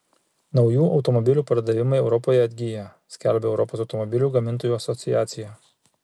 naujų automobilių pardavimai europoje atgyja skelbia europos automobilių gamintojų asociacija